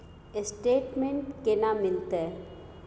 Statement केना मिलते?